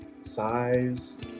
size